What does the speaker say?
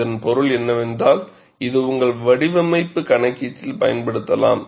இதன் பொருள் என்னவென்றால் இது உங்கள் வடிவமைப்பு கணக்கீட்டில் பயன்படுத்தப்படலாம்